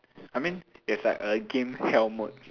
I mean is like a game hell mode